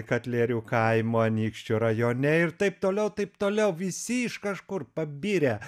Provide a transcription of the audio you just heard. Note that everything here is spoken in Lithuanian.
katlėrių kaimo anykščių rajone ir taip toliau taip toliau visi iš kažkur pabirę